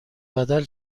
بدل